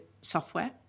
software